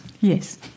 Yes